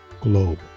globe